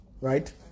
Right